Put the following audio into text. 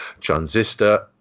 transistor